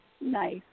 Nice